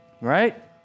Right